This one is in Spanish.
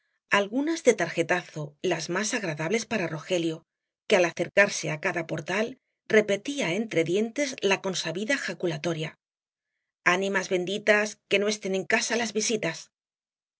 algunas de tarjetazo las más agradables para rogelio que al acercarse á cada portal repetía entre dientes la consabida jaculatoria animas benditas que no estén en casa las visitas